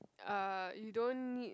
uh you don't need